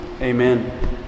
Amen